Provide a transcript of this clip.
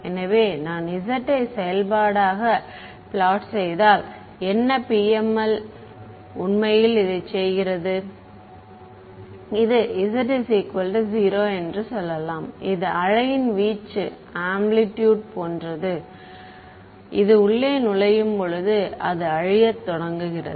எனவே நான் z யை செயல்பாடாக பிளாட் செய்தால் என்ன PML உண்மையில் இதைச் செய்கிறது இது z0 என்று சொல்லலாம் இது அலையின் வீச்சு ஆம்ப்ளிடுட் போன்றது இது உள்ளே நுழையும் போது அது அழியத் தொடங்குகிறது